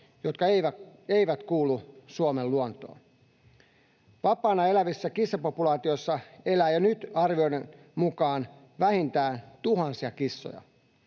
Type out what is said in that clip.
jotka eivät kuulu Suomen luontoon. Vapaana elävissä kissapopulaatioissa elää jo nyt arvioiden mukaan vähintään tuhansia kissoja.